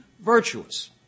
virtuous